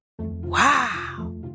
Wow